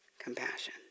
Compassion